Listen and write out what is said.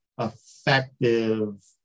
effective